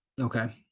Okay